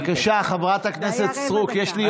בבקשה, חברת הכנסת סטרוק, יש לי יום ארוך.